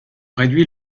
réduit